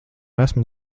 esmu